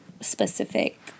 specific